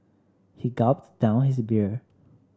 he gulped down his beer